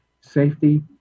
safety